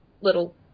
little